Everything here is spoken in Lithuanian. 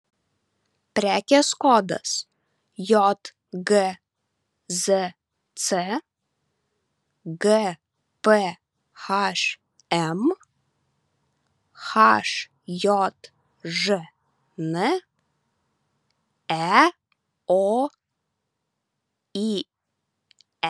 prekės kodas jgzc gphm hjžn eoye